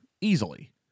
easily